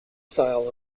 style